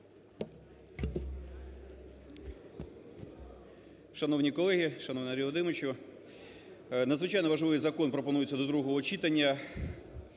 Дякую.